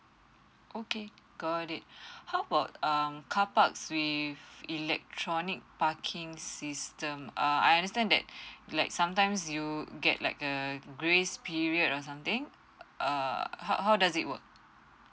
okay got it how about um carparks with electronic parking system err I understand that like sometimes you get like a grace period or something err how how does it work